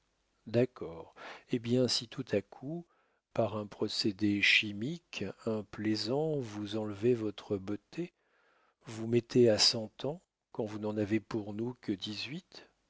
d'accord eh bien si tout à coup par un procédé chimique un plaisant vous enlevait votre beauté vous mettait à cent ans quand vous n'en avez pour nous que